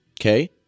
Okay